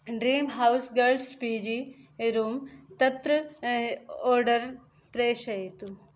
dreamhouse girls PG room तत्र order प्रेषयतु